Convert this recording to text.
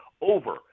over